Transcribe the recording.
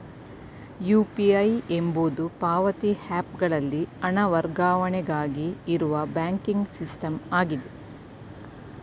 UPI ಎಂಬುದು ಪಾವತಿ app ಗಳಲ್ಲಿ ಹಣ ವರ್ಗಾವಣೆಗಾಗಿ ಇರುವ ಬ್ಯಾಂಕಿಂಗ್ ಸಿಸ್ಟಮ್ ಆಗಿದೆ